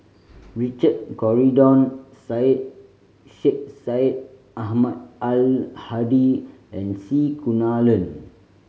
Richard Corridon Syed Sheikh Syed Ahmad Al Hadi and C Kunalan